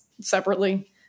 separately